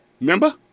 Remember